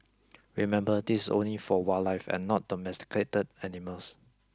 remember this is only for wildlife and not domesticated animals